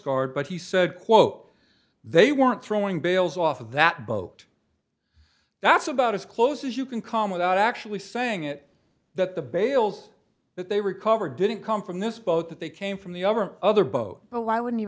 guard but he said quote they weren't throwing bales off of that boat that's about as close as you can come without actually saying it that the bales that they recover didn't come from this boat that they came from the other boat but why wouldn't you